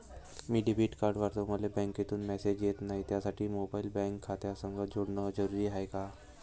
मी debit card वापरतो मले बँकेतून मॅसेज येत नाही, त्यासाठी मोबाईल बँक खात्यासंग जोडनं जरुरी हाय का?